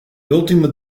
ultieme